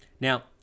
Now